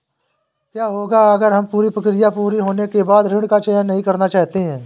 क्या होगा अगर हम पूरी प्रक्रिया पूरी होने के बाद ऋण का चयन नहीं करना चाहते हैं?